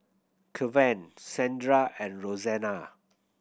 Kevan Sandra and Roseanna